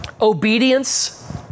obedience